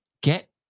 Get